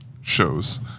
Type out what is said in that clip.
shows